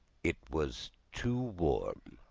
it was too warm.